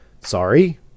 Sorry